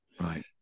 Right